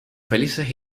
felices